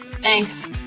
Thanks